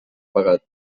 pagat